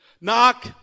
Knock